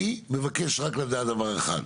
אני מבקש לדעת רק דבר אחד.